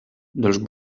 dels